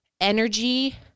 energy